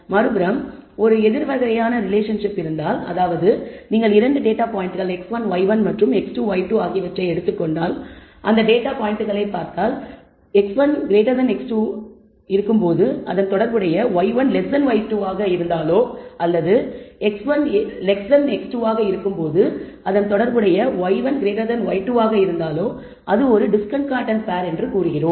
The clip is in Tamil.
மறுபுறம் ஒரு எதிர் வகையான ரெலேஷன்ஷிப் இருந்தால் நீங்கள் 2 டேட்டா பாயிண்டுகள் x1 y1 மற்றும் x2 y2 ஆகியவற்றை எடுத்துக்கொண்டால் அந்த டேட்டா பாயிண்டுகளை பார்த்தால் x1x2 ஆனால் அதனுடன் தொடர்புடைய y1y2 ஆக இருந்தால் அல்லது x1x2 ஆனால் அதனுடன் தொடர்புடைய y1y2 ஆக இருந்தால் அது ஒரு டிஸ்கார்டன்ட் பேர் என்று கூறுகிறோம்